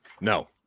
No